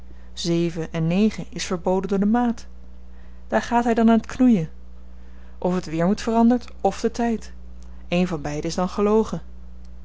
zeven en negen is verboden door de maat daar gaat hy dan aan t knoeien of het weêr moet veranderd f de tyd eén van beiden is dan gelogen